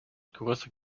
größere